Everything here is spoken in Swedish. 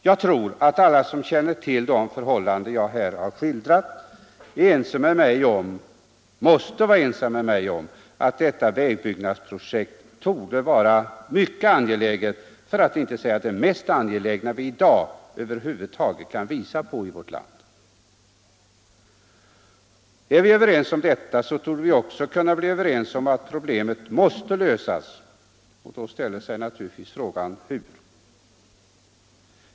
Jag tror att alla som känner till de förhållanden jag här har skildrat måste vara ense med mig om att detta vägbyggnadsprojekt torde vara mycket angeläget, för att inte säga det mest angelägna vi i dag över huvud taget kan uppvisa i vårt land. Är vi överens om detta, så torde vi också kunna bli överens om att problemet måste lösas — men frågan är hur.